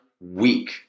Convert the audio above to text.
week